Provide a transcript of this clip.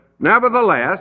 Nevertheless